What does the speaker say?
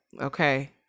Okay